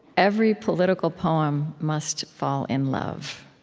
every political poem must fall in love.